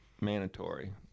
mandatory